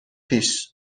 پیش